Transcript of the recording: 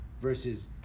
versus